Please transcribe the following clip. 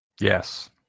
Yes